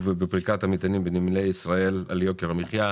בפריקת המטענים בנמלי ישראל על יוקר המחיה,